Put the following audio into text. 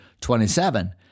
27